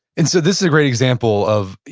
and so this is a great example of, you